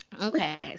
Okay